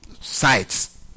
sites